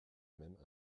même